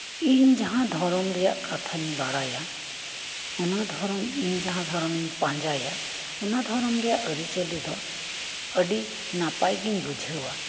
ᱤᱧ ᱡᱟᱦᱟᱸ ᱫᱷᱚᱨᱚᱢ ᱨᱮᱭᱟᱜ ᱠᱟᱛᱷᱟᱧ ᱵᱟᱲᱟᱭᱟ ᱚᱱᱟᱫᱷᱚᱨᱚᱢ ᱤᱧ ᱡᱟᱦᱟᱸ ᱫᱷᱚᱨᱚᱢᱤᱧ ᱯᱟᱸᱡᱟᱭᱟ ᱚᱱᱟ ᱫᱷᱚᱨᱚᱢ ᱨᱮᱭᱟᱜ ᱟᱹᱨᱤᱪᱟᱹᱞᱤᱫᱚ ᱟᱹᱰᱤ ᱱᱟᱯᱟᱭᱜᱤᱧ ᱵᱩᱡᱷᱟᱹᱣᱟ